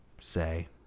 say